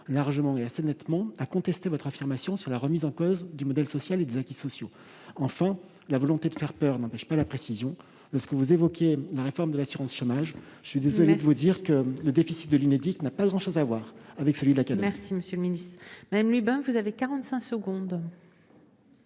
largement et nettement votre affirmation sur la remise en cause du modèle social et des acquis sociaux. Enfin, la volonté de faire peur n'empêche pas la précision. Vous avez évoqué la réforme de l'assurance chômage : je suis désolé de vous dire que le déficit de l'Unédic n'a pas grand-chose à voir avec celui de la Cades ... La parole est à Mme Monique Lubin, pour la réplique.